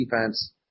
defense